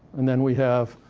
and then we have.